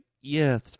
Yes